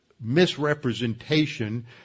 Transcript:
misrepresentation